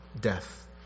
death